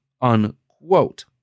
unquote